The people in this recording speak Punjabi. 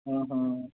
ਹੂੰ ਹੂੰ